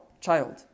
child